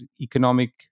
economic